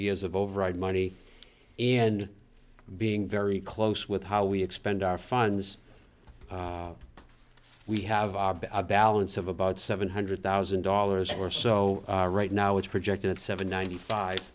years of override money and being very close with how we expend our funds we have a balance of about seven hundred thousand dollars or so right now it's projected at seventy five